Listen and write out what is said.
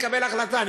נקבל החלטה,